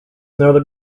another